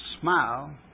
smile